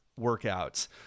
workouts